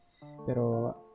Pero